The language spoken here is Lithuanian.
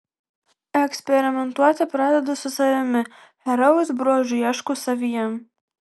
eksperimentuoti pradedu su savimi herojaus bruožų ieškau savyje